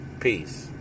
Peace